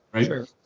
Sure